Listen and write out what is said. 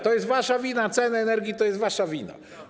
To jest wasza wina, ceny energii to jest wasza wina.